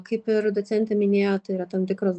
kaip ir docentė minėjo tai yra tam tikras